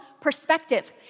perspective